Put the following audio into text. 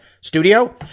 studio